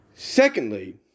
Secondly